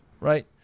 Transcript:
right